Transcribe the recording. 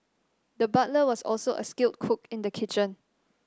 the butcher was also a skilled cook in the kitchen